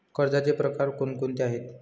कर्जाचे प्रकार कोणकोणते आहेत?